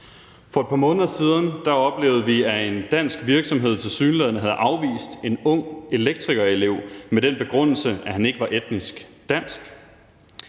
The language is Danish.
For et par måneder siden oplevede vi, at en dansk virksomhed tilsyneladende havde afvist en ung elektrikerelev med den begrundelse, at han ikke var etnisk dansk.